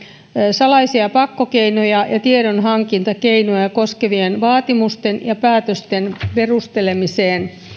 salaisia pakkokeinoja ja tiedonhankintakeinoja koskevien vaatimusten ja päätösten perustelemiseen